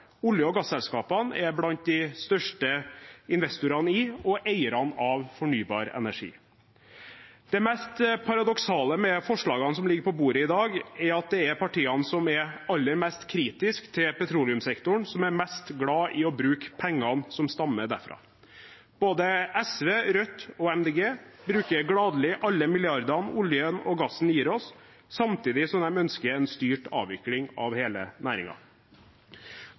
Olje- og gasselskapene er blant de største investorene i og eierne av fornybar energi. Det mest paradoksale med forslagene som ligger på bordet i dag, er at det er partiene som er aller mest kritisk til petroleumssektoren, som er mest glad i å bruke pengene som stammer derfra. Både SV, Rødt og Miljøpartiet De Grønne bruker gladelig alle milliardene oljen og gassen gir oss, samtidig som de ønsker en styrt avvikling av hele